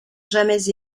jamais